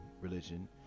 religion